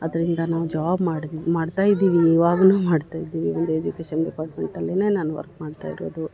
ಅದರಿಂದ ನಾವು ಜಾಬ್ ಮಾಡ್ದ ಮಾಡ್ತಾಯಿದ್ದೀವಿ ಇವಾಗ್ನೂ ಮಾಡ್ತಾಯಿದ್ದೀವಿ ಒಂದು ಎಜುಕೇಶನ್ ಡಿಪಾರ್ಟ್ಮೆಂಟ್ ಅಲ್ಲಿನೇ ನಾನು ವರ್ಕ್ ಮಾಡ್ತಾಯಿರೋದು